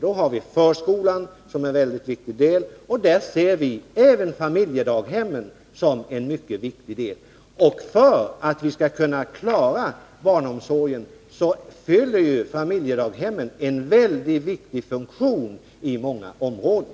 Då har vi förskolan som en väldigt viktig del, och vi ser även familjedaghemmen som en viktig del häri. Och familjedaghemmen fyller ju en mycket viktig funktion i många områden för att vi skall kunna klara barnomsorgen.